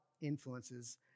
influences